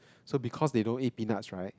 so because they don't eat peanuts right